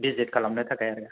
बिजिथ खालामनो थाखाय आरो